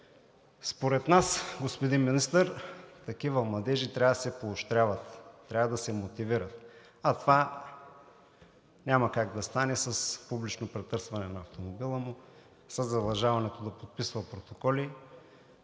Според нас, господин Министър, такива младежи трябва да се поощряват, трябва да се мотивират, а това няма как да стане с публично претърсване на автомобила му, със задължаването да подписва протоколи,